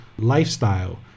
lifestyle